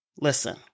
listen